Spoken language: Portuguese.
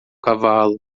cavalo